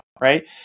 right